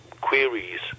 queries